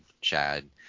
Chad